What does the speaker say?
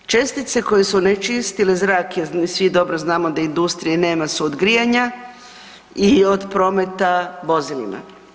Čestice koje su onečistile zrak jer svi dobro znamo da industrije nema su od grijanja i od prometa vozilima.